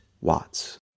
Watts